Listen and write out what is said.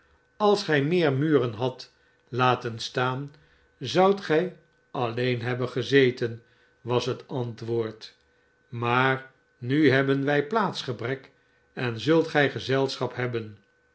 als gij rneer muren hadt laten staan zoudt gij alleen hebben gezeten was het antwoord smaar nu hebben wij plaatsgebrek en zult gij gezelschap hebben